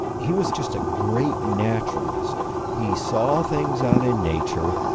he was just a great naturalist he saw things out in nature,